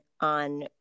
on